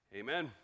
amen